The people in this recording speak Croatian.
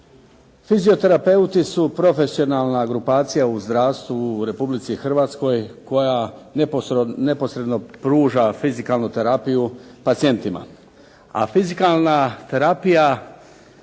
Fizioterapeuti su profesionalna grupacija u zdravstvu u Republici Hrvatskoj koja neposredno pruža fizikalnu terapiju pacijentu. A fizikalna terapija,